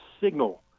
signal